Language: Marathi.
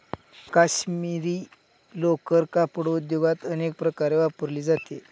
काश्मिरी लोकर कापड उद्योगात अनेक प्रकारे वापरली जाते